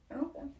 Okay